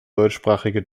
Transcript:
deutschsprachige